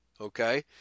okay